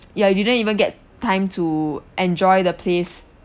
ya you didn't even get time to enjoy the place